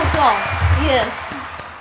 Yes